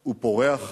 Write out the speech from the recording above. הוא פורח.